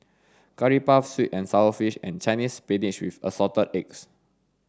curry puff sweet and sour fish and Chinese spinach with assorted eggs